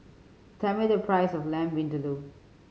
tell me the price of Lamb Vindaloo